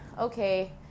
okay